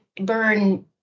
burn